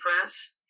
press